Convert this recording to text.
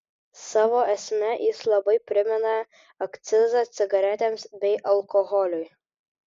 savo esme jis labai primena akcizą cigaretėms bei alkoholiui